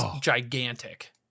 gigantic